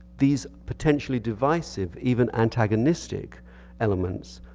these potentially divisive, even antagonistic elements,